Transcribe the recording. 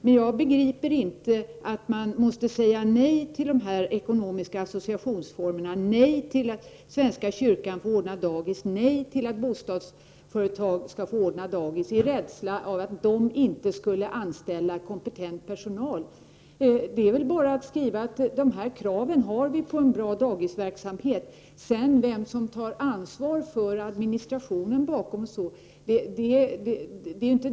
Men jag begriper inte att man måste säga nej till dessa ekonomiska associationsformer, nej till att svenska kyrkan får ordna dagis, nej till att bostadsföretag får ordna dagis av rädsla för att de inte skulle anställa kompetent personal. Det är bara att skriva att vi har dessa krav på en bra dagisverksamhet. Det hänger inte på vem som tar ansvar för administrationen.